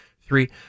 three